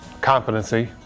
Competency